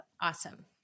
awesome